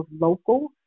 local